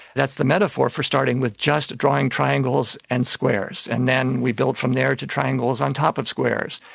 that's the metaphor for starting with just drawing triangles and squares, and then we build from there to triangles on top of squares,